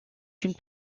une